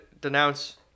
denounce